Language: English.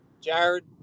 Jared